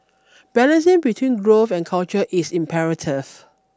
balancing between growth and culture is imperative